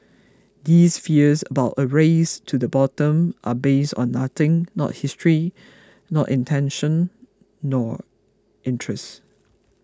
these fears about a race to the bottom are based on nothing not history not intention nor interest